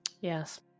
yes